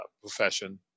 profession